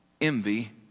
envy